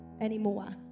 anymore